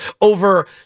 over